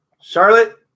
Charlotte